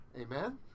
Amen